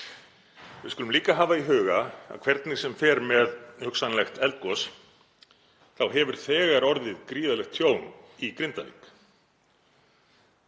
Við skulum líka hafa í huga að hvernig sem fer með hugsanlegt eldgos hefur þegar orðið gríðarlegt tjón í Grindavík.